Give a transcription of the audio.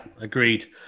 agreed